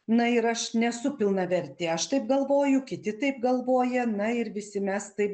na ir aš nesu pilnavertė aš taip galvoju kiti taip galvoja na ir visi mes taip